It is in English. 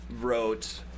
wrote